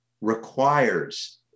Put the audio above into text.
Requires